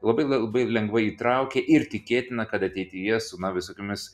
labai labai lengvai įtraukia ir tikėtina kad ateityje su na visokiomis